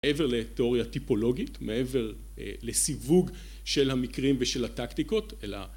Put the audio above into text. מעבר לתיאוריה טיפולוגית, מעבר לסיווג של המקרים ושל הטקטיקות, אלא,